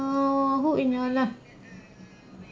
err who in your left